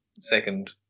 second